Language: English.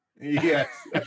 Yes